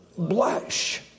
blush